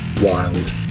wild